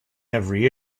every